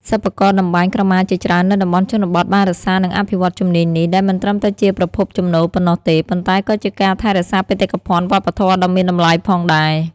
សិប្បករតម្បាញក្រមាជាច្រើននៅតំបន់ជនបទបានរក្សា និងអភិវឌ្ឍជំនាញនេះ ដែលមិនត្រឹមតែជាប្រភពចំណូលប៉ុណ្ណោះទេ ប៉ុន្តែក៏ជាការថែរក្សាបេតិកភណ្ឌវប្បធម៌ដ៏មានតម្លៃផងដែរ។